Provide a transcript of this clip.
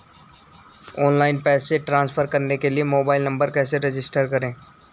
Online पैसे transfer करने के लिए मोबाइल नंबर कैसे रजिस्टर करें?